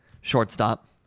shortstop